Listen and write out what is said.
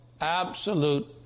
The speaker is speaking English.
Absolute